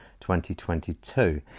2022